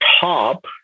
top